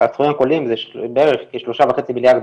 הסכומים הכוללים זה בערך כ-3.5 מיליארד,